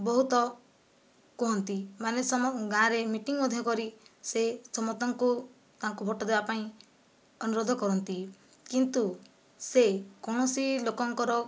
ବହୁତ କୁହନ୍ତି ମାନେ ସମସ୍ତେ ଗାଁ'ରେ ମିଟିଂ ମଧ୍ୟ କରି ସେ ସମସ୍ତଙ୍କୁ ତାଙ୍କୁ ଭୋଟ୍ ଦେବା ପାଇଁ ଅନୁରୋଧ କରନ୍ତି କିନ୍ତୁ ସେ କୌଣସି ଲୋକଙ୍କର